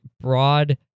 broad